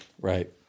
Right